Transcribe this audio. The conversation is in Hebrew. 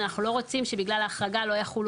אנחנו לא רוצים שבגלל ההחרגה לא יחולו